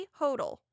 Hodel